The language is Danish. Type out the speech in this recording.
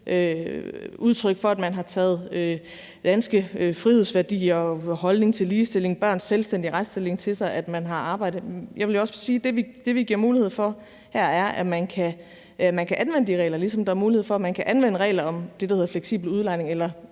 udtryk for, at man har taget danske frihedsværdier og holdninger til ligestilling og børns selvstændige retsstilling til sig. Jeg vil også sige, at det, vi giver mulighed for her, er, at man kan anvende de regler, ligesom der er mulighed for, at man kan anvende regler om det, der hedder fleksibel udlejning, eller